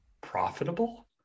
profitable